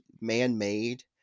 man-made